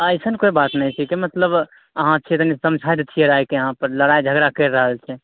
अइसन कोइ बात नहि छिकै मतलब अहाँ छियै तनि समझाइ देतियै रऽ आयके इहाँ पर लड़ाइ झगड़ा कैरि रहल छै